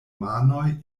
manoj